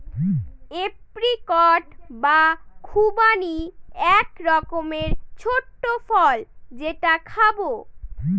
apricot বা খুবানি এক রকমের ছোট্ট ফল যেটা খাবো